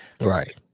Right